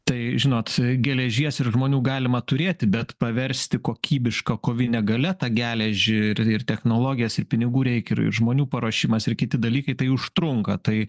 tai žinot geležies ir žmonių galima turėti bet paversti kokybiška kovine galia tą geležį ir ir technologijas ir pinigų reikia ir žmonių paruošimas ir kiti dalykai tai užtrunka tai